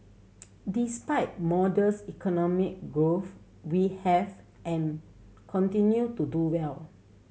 despite modest economy growth we have and continue to do well